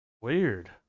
weird